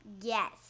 Yes